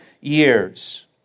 years